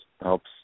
helps